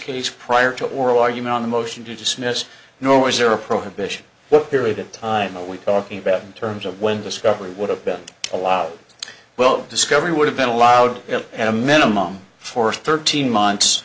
case prior to oral argument on the motion to dismiss nor was there a prohibition what period of time we talking about in terms of when discovery would have been allowed well discovery would have been allowed at a minimum for thirteen months